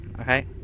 Okay